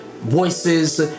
voices